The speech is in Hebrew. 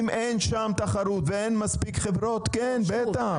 אם אין שם תחרות ואין מספיק חברות, כן בטח.